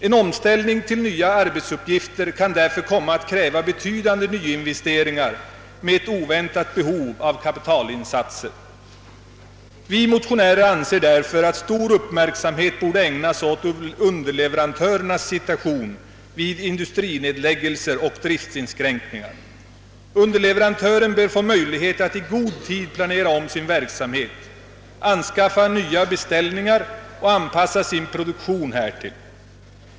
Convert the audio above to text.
En omställning till nya arbetsuppgifter kan därför komma att kräva betydande nyinvesteringar med ett oväntat behov av kapitalinsatser. Vi motionärer anser att stor uppmärksamhet bör ägnas åt underleverantörernas situation vid industrinedläggningar och driftsinskränkningar. Underleverantören bör få möjlighet att i god tid planera om sin verksamhet, skaffa nya beställningar och anpassa sin produktion härtill.